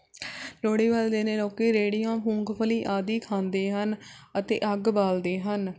ਲੋਹੜੀ ਵਾਲੇ ਦਿਨ ਲੋਕ ਰੇੜੀਆਂ ਮੁੰਗਫ਼ਲੀ ਆਦਿ ਖਾਂਦੇ ਹਨ ਅਤੇ ਅੱਗ ਬਾਲਦੇ ਹਨ